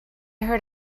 heard